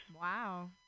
Wow